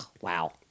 Wow